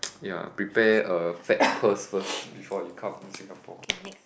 ya prepare a fat purse first before you come Singapore ya